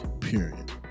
period